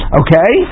okay